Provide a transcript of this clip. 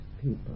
people